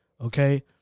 Okay